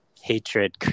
hatred